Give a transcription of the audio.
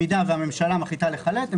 אם הממשלה מחליטה לחלט,